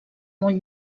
molt